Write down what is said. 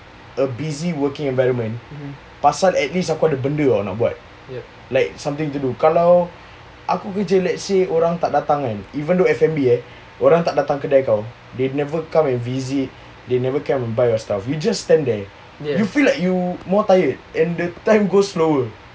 a busy working environment pasal at least aku ada benda [tau] nak buat like something to do kalau they never come and visit they never come and buy your stuff you feel like you more tired and the time go slower